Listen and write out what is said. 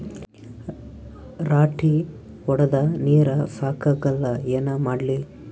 ರಾಟಿ ಹೊಡದ ನೀರ ಸಾಕಾಗಲ್ಲ ಏನ ಮಾಡ್ಲಿ?